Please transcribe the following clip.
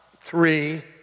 three